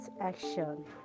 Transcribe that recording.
action